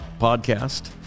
podcast